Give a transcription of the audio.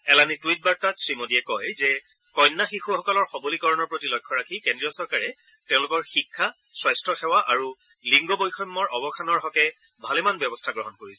এলানি টুইটবাৰ্তাত শ্ৰীমোদীয়ে কয় যে কন্যা শিশুসকলৰ সবলীকৰণৰ প্ৰতি লক্ষ্য ৰাখি কেদ্ৰীয় চৰকাৰে তেওঁলোকৰ শিক্ষা স্বাস্থ্যসেৱা আৰু লিংগ বৈষম্যৰ অৱসানৰ হকে ভালেমান ব্যৱস্থা গ্ৰহণ কৰিছে